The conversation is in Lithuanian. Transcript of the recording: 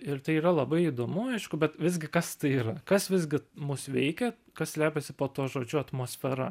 ir tai yra labai įdomu aišku bet visgi kas tai yra kas visgi mus veikia kas slepiasi po tuo žodžiu atmosfera